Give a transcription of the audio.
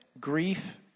grief